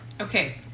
Okay